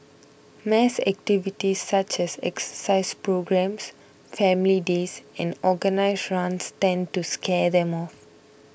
mass activities such as exercise programmes family days and organised runs tend to scare them off